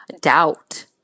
doubt